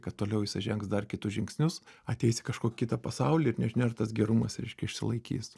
kad toliau jisai žengs dar kitus žingsnius ateis į kažkokį kitą pasaulį ir nežinia ar tas gerumas reiškia išsilaikys